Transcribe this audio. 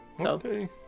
okay